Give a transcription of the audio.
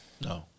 No